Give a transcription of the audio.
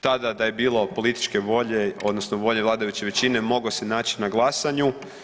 Tada da je bilo političke volje, odnosno volje vladajuće većine, moglo se naći na glasanju.